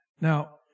Now